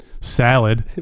salad